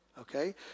Okay